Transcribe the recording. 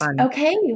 Okay